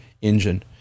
engine